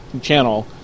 channel